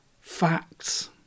facts